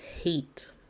hate